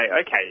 okay